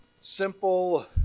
simple